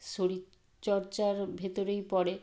শরীরচর্চার ভেতরেই পড়ে